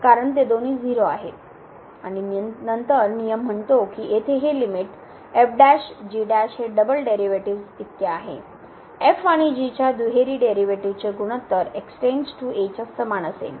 कारण ते दोन्ही 0 आहेत आणि नंतर नियम म्हणतो की येथे ही लीमिट हे डबल डेरिव्हेटिव्ह्ज इतके आहे f आणि g च्या दुहेरी डेरिव्हेटिव्हजचे गुणोत्तर x → a च्या समान असेल